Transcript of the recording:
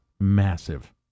massive